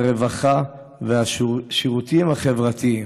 הרווחה והשירותים החברתיים.